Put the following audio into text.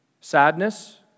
Sadness